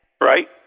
Right